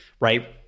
right